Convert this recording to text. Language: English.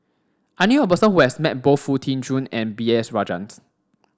I knew a person who has met both Foo Tee Jun and B S Rajhans